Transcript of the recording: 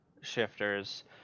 shifters